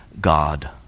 God